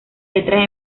letras